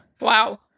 Wow